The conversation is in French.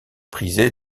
prisée